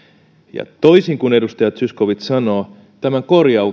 ja toisin kuin edustaja zyskowicz sanoo tämän